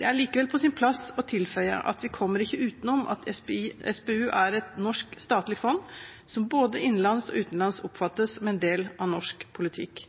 Det er likevel på sin plass å tilføye at vi kommer ikke utenom at SPU er et norsk statlig fond, som både innenlands og utenlands oppfattes som en del av norsk politikk.